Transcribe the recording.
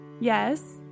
Yes